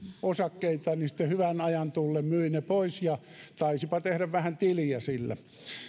osakkeita niin sitten hyvän ajan tullen myi ne pois ja taisipa tehdä vähän tiliä sillä